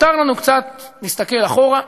מותר לנו קצת להסתכל אחורה,